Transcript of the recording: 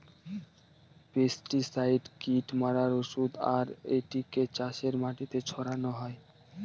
pesticide কীট মারার ঔষধ আর এটিকে চাষের মাটিতে ছড়ানো হয়